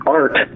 art